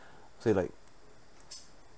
say like